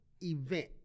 event